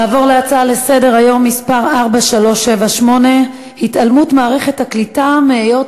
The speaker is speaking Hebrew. נעבור להצעה לסדר-היום מס' 4378: התעלמות מערכת הקליטה מהיות